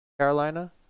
Carolina